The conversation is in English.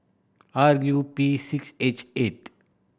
R U P six H eight